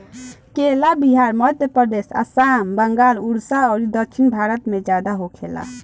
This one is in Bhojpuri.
केला बिहार, मध्यप्रदेश, आसाम, बंगाल, उड़ीसा अउरी दक्षिण भारत में ज्यादा होखेला